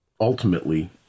ultimately